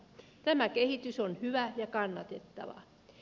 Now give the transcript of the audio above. tämä kehitys on hyvä ja kannatettava